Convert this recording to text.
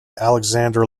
alexander